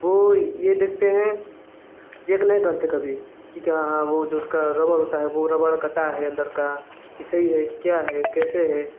वह यह देखते हैं चेक नहीं करते कभी कि क्या हाँ वह जो उसका रबर होता है वह रबर कटा है अंदर का कि सही है कि क्या है कैसे है